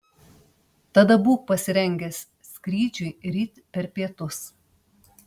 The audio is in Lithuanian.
tada būk pasirengęs skrydžiui ryt per pietus